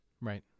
Right